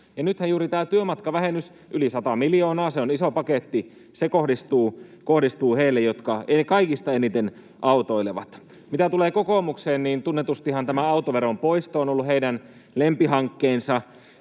Nythän juuri tämä työmatkavähennys, yli 100 miljoonaa, on iso paketti, joka kohdistuu heille, jotka kaikista eniten autoilevat. Mitä tulee kokoomukseen, niin tunnetustihan tämä autoveron poisto on ollut heidän lempihankkeensa,